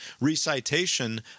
recitation